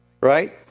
right